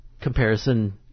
comparison